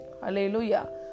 Hallelujah